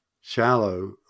Shallow